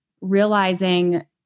realizing